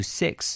six